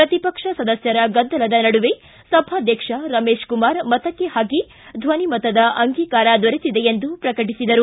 ಪ್ರತಿಪಕ್ಷ ಸದಸ್ಥರ ಗದ್ದಲದ ನಡುವೆ ಸಭಾಧ್ವಕ್ಷ ರಮೇಶಕುಮಾರ ಮತಕ್ಕೆ ಹಾಕಿ ಧ್ವನಿ ಮತದ ಅಂಗಿಕಾರ ದೊರೆತಿದೆ ಎಂದು ಪ್ರಕಟಿಸಿದರು